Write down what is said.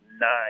nine